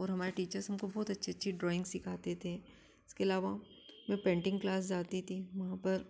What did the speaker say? और हमारे टीचर्स हमको बहुत अच्छी अच्छी ड्राइंग्स सिखाते थे इसके अलावा मैं पेंटिंग क्लास जाती थी वहाँ पर